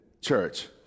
church